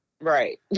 Right